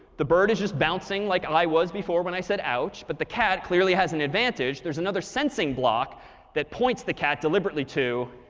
the bird is just bouncing like i was before when i said ouch. but the cat clearly has an advantage. there's another sensing block that points the cat deliberately to